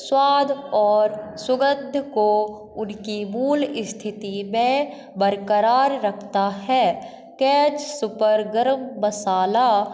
स्वाद और सुगंध को उनकी मूल स्थिति में बरक़रार रखता है कैच सुपर गर्म मसाला